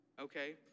Okay